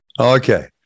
Okay